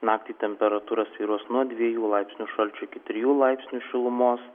naktį temperatūra svyruos nuo dviejų laipsnių šalčio iki trijų laipsnių šilumos